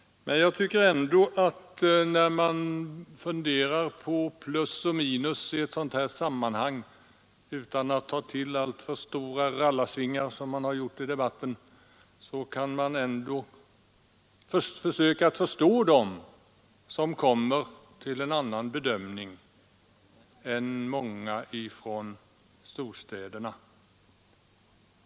Men jag tycker ändå att när man summerar plus och minus i detta sammanhang — utan att ta till så stora rallarsvingar som man har gjort i debatten — skall man ändå försöka att förstå den som kommer till en annan bedömning än vad många ifrån storstäderna gör.